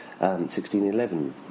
1611